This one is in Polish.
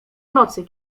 nocy